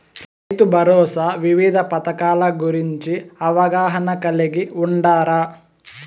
రైతుభరోసా వివిధ పథకాల గురించి అవగాహన కలిగి వుండారా?